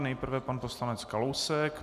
Nejprve pan poslanec Kalousek.